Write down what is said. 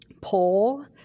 pull